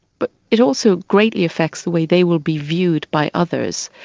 but it also greatly affects the way they will be viewed by others.